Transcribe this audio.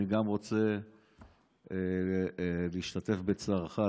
גם אני רוצה להשתתף בצערך,